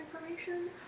information